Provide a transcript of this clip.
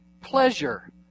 pleasure